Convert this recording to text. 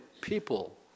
people